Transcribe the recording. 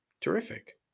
Terrific